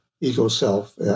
ego-self